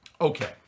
Okay